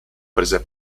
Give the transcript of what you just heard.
prese